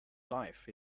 life